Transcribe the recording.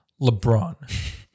LeBron